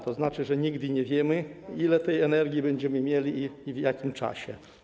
To znaczy, że nigdy nie wiemy, ile tej energii będziemy mieli i w jakim czasie.